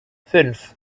fünf